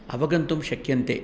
अवगन्तुं शक्यन्ते